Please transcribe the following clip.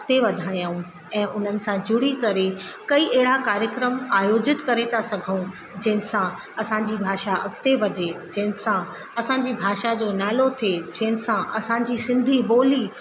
अॻिते वधायूं ऐं उन्हनि सां जुड़ी करे कई अहिड़ा कार्यक्रम आयोजित करे था सघूं जंहिंसां असांजी भाषा अॻिते वधे जंहिंसा असांजी भाषा जो नालो थिए जंहिंसां असांजी सिंधी ॿोली